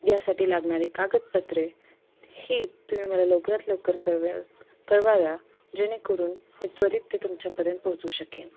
यासाठी लागणारी कागदपत्रे ही तुम्ही मला लवकरात लवकर कळव्या कळवाव्या जेणेकरून मी त्वरित ते तुमच्यापर्यंत पोहोचवू शकेन